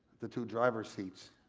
the two driver's seats.